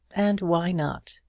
and why not?